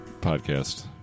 podcast